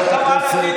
הכול נחמד,